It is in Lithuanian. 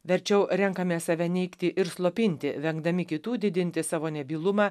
verčiau renkamės save neigti ir slopinti vengdami kitų didinti savo nebylumą